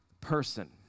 person